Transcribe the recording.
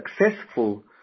successful